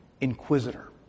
Inquisitor